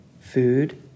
food